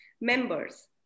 members